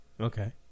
Okay